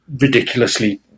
ridiculously